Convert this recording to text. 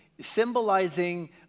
symbolizing